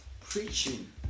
preaching